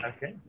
Okay